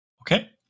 Okay